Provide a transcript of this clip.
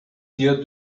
here